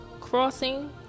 crossing